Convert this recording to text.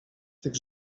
tych